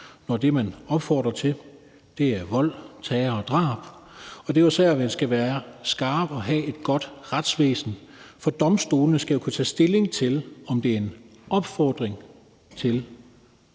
når det, man opfordrer til, er vold, terror og drab. Og det er jo så her, at man skal være skarp og have et godt retsvæsen, for domstolene skal jo kunne tage stilling til, om det er en opfordring til